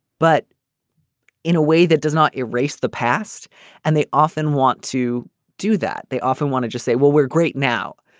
but in a way that does not erase the past and they often want to do that. they often want to just say well we're great now.